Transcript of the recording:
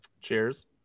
Cheers